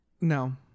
No